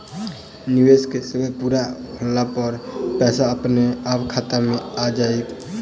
निवेश केँ समय पूरा होला पर पैसा अपने अहाँ खाता मे आबि जाइत नै सर?